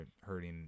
hurting